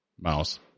mouse